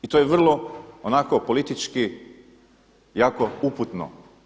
I to je vrlo onako politički jako uputno.